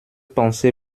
pensée